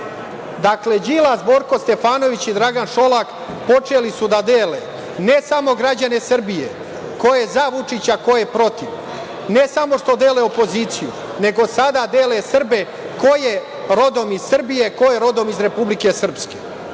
Dakle, Đilas, Borko Stefanović i Dragan Šolak počeli su da dele ne samo građane Srbije ko je za Vučića, a ko je protiv, ne samo što dele opoziciju, nego sada dele Srbe ko je rodom iz Srbije, a ko je rodom iz Republike Srpske.